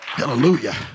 Hallelujah